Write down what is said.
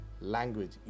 language